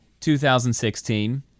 2016